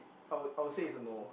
I'll I'll say it's a no